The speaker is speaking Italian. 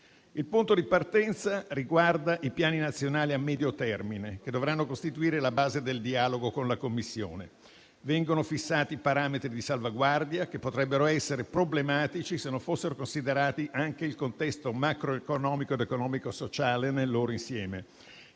Il punto di partenza riguarda i piani nazionali a medio termine, che dovranno costituire la base del dialogo con la Commissione: vengono fissati i parametri di salvaguardia, che potrebbero essere problematici, se non fossero considerati anche il contesto macroeconomico ed economico-sociale nel loro insieme